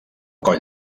coll